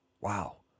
Wow